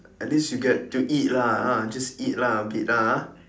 at least you get to eat lah ah just eat lah a bit lah ah